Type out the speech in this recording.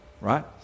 right